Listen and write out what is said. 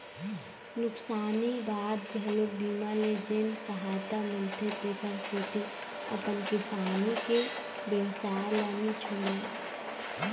नुकसानी बाद घलोक बीमा ले जेन सहायता मिलथे तेखर सेती अपन किसानी के बेवसाय ल नी छोड़य